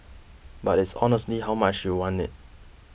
but it's honestly how much you want it